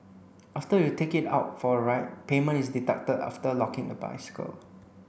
after you take it out for a ride payment is deducted after locking the bicycle